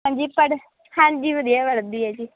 ਹਾਂਜੀ ਪੜ ਹਾਂਜੀ ਵਧੀਆ ਪੜ੍ਹਦੀ ਆ ਜੀ